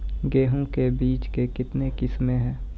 गेहूँ के बीज के कितने किसमें है?